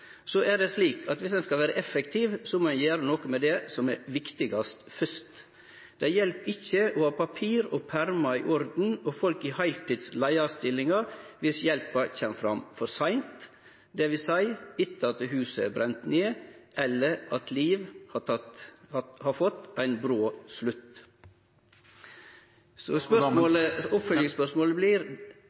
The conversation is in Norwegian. Så er det slik at dersom ein skal vere effektiv, må ein gjere noko med det som er viktigast, først. Det hjelper ikkje å ha papir og permar i orden og folk i heiltids leiarstillingar dersom hjelpa kjem fram for seint, dvs. etter at huset er brent ned, eller livet har fått ein brå slutt.